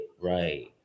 right